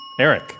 Eric